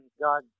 God